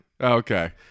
Okay